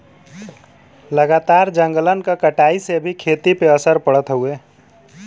लगातार जंगलन के कटाई से भी खेती पे असर पड़त हउवे